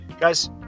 Guys